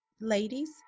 Ladies